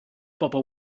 bobl